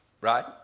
Right